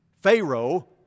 Pharaoh